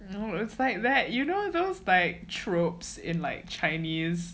you know it's like that you know those by tropes in like chinese